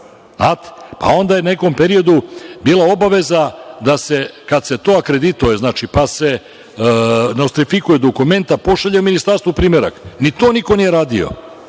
Onda je u nekom periodu bila obaveza kada se to akredituje, pa se nostrifikuje dokument, pošalje ministarstvu primerak. Ni to niko nije radio.